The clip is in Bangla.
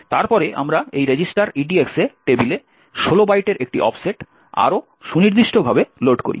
তারপরে আমরা এই রেজিস্টার EDX এ টেবিলে 16 বাইটের একটি অফসেট আরও সুনির্দিষ্টভাবে লোড করি